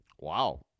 Wow